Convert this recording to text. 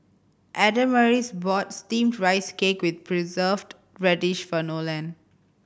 Adamaris bought Steamed Rice Cake with Preserved Radish for Nolen